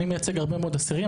אני מייצג הרבה מאוד אסירים,